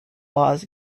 laws